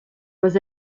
was